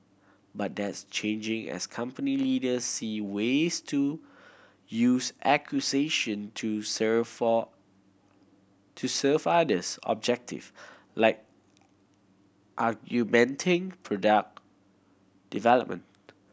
but that's changing as company leaders see ways to use acquisition to to serve others objective like argumenting product development